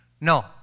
No